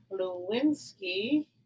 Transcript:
Lewinsky